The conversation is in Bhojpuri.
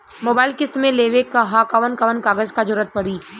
मोबाइल किस्त मे लेवे के ह कवन कवन कागज क जरुरत पड़ी?